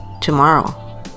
tomorrow